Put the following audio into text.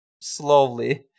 slowly